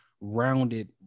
rounded